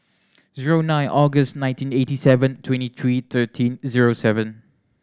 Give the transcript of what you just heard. zero nine August nineteen eighty seven twenty three thirteen zero seven